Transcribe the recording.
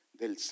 del